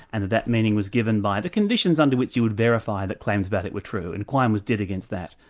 and that that meaning was given by the conditions under which you would verify that claims about it were true. and quine was dead against that,